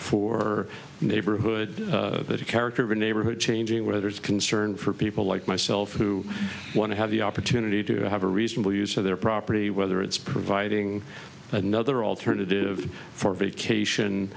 for neighborhood character of a neighborhood changing weather is concern for people like myself who want to have the opportunity to have a reasonable use of their property whether it's providing another alternative for vacation